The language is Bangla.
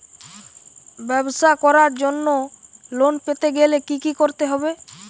ব্যবসা করার জন্য লোন পেতে গেলে কি কি করতে হবে?